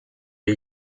you